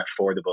affordable